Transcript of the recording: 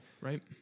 Right